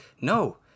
no